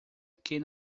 quem